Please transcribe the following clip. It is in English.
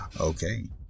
Okay